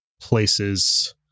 places